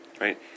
right